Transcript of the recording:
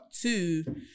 two